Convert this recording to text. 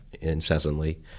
incessantly